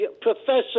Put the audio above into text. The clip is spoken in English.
Professor